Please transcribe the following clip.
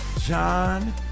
John